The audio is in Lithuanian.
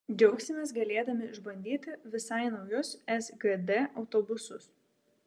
džiaugsimės galėdami išbandyti visai naujus sgd autobusus